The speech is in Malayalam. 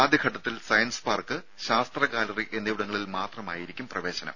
ആദ്യഘട്ടത്തിൽ സയൻസ് പാർക്ക് ശാസ്ത്ര ഗാലറി എന്നിവിടങ്ങളിൽ മാത്രമായിരിക്കും പ്രവേശനം